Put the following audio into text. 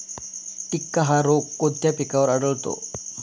टिक्का हा रोग कोणत्या पिकावर आढळतो?